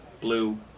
blue